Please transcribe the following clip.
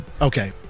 Okay